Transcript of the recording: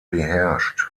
beherrscht